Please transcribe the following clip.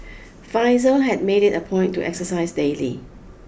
Faizal had made it a point to exercise daily